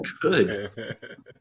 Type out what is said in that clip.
good